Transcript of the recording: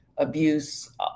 abuse